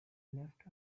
left